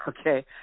okay